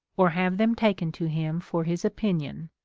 or have them taken to him for his opinion,